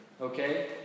Okay